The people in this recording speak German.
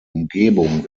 umgebung